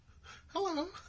Hello